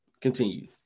Continue